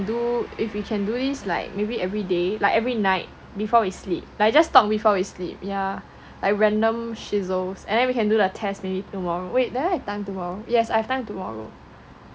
do if we can do this like maybe everyday like every night before we sleep like just talk before we sleep like yeah random shizzles and then we can do the test maybe tomorrow wait do I have time tomorrow yes I have time tomorrow